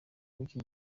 wiki